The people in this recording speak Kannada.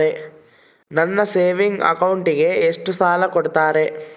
ನನ್ನ ಸೇವಿಂಗ್ ಅಕೌಂಟಿಗೆ ಎಷ್ಟು ಸಾಲ ಕೊಡ್ತಾರ?